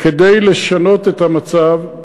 כדי לשנות את המצב.